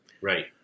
Right